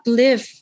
live